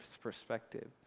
perspective